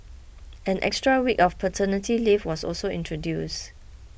an extra week of paternity leave was also introduced